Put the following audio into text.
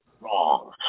wrong